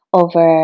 over